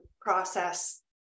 process